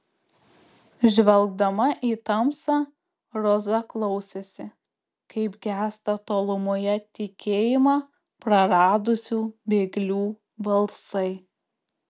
žvelgdama į tamsą roza klausėsi kaip gęsta tolumoje tikėjimą praradusių bėglių balsai